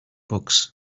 books